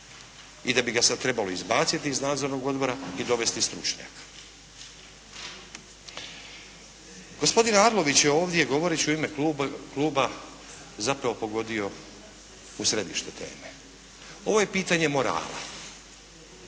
i da bi ga sad trebalo izbaciti iz nadzornog odbora i dovesti stručnjaka. Gospodin Arlović je ovdje govoreći u ime kluba zapravo pogodio u središte teme. Ovo je pitanje morala.